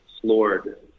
floored